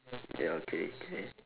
ya okay okay